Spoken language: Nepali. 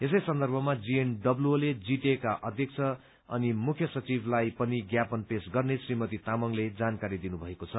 यसै सन्दर्भमा जीएनडब्ल्यूओले जीटीएका अध्यक्ष अनि मुख्य सचिवलाई पनि ज्ञापन पेश गर्ने श्रीमती तामाङले जानकारी दिनुभएको छ